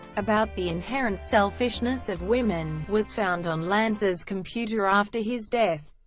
about the inherent selfishness of women, was found on lanza's computer after his death.